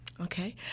Okay